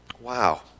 Wow